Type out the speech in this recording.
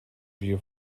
view